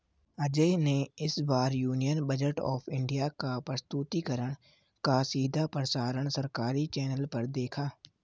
अजय ने इस बार यूनियन बजट ऑफ़ इंडिया का प्रस्तुतिकरण का सीधा प्रसारण सरकारी चैनल पर देखा